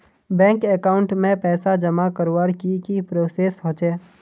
Bank account में पैसा जमा करवार की की प्रोसेस होचे?